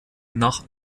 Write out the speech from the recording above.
nach